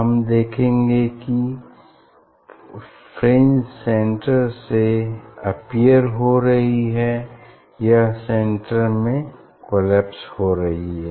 हम देखेंगे जैसे कि फ्रिंज सेंटर से अप्पियर हो रही हैं या सेंटर में कोलैप्स हो रही हैं